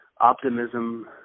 optimism